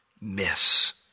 miss